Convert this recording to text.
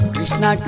Krishna